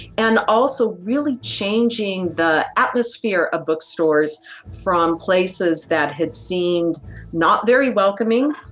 and also really changing the atmosphere of bookstores from places that had seemed not very welcoming,